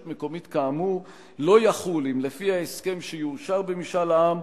מקומית כאמור לא יחול אם לפי ההסכם שיאושר במשאל העם,